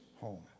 home